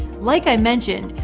like i mentioned,